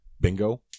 Bingo